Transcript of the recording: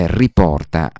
riporta